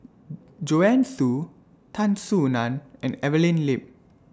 Joanne Soo Tan Soo NAN and Evelyn Lip